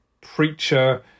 preacher